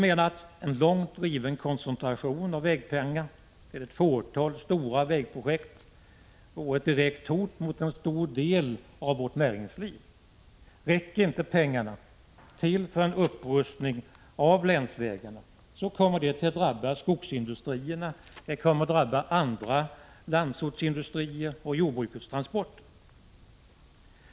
En långt driven koncentration av vägpengar till ett fåtal stora vägprojekt vore ett direkt hot mot en stor del av vårt näringsliv. Räcker inte pengarna till för en upprustning av länsvägarna kommer det att drabba skogsindustrierna, andra landsortsindustrier och jordbrukets transporter.